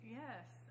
yes